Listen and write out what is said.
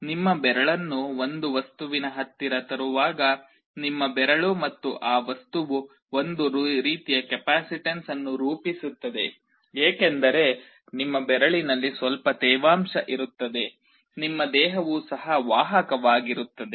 ನಿಮ್ಮ ಬೆರಳನ್ನು ಒಂದು ವಸ್ತುವಿನ ಹತ್ತಿರ ತರುವಾಗ ನಿಮ್ಮ ಬೆರಳು ಮತ್ತು ಆ ವಸ್ತುವು ಒಂದು ರೀತಿಯ ಕೆಪಾಸಿಟನ್ಸ್ ಅನ್ನು ರೂಪಿಸುತ್ತದೆ ಏಕೆಂದರೆ ನಿಮ್ಮ ಬೆರಳಿನಲ್ಲಿ ಸ್ವಲ್ಪ ತೇವಾಂಶ ಇರುತ್ತದೆ ನಿಮ್ಮ ದೇಹವು ಸಹ ವಾಹಕವಾಗಿರುತ್ತದೆ